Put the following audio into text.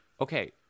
Okay